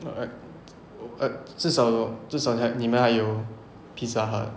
no I I 至少至少你还你们还有 pizza hut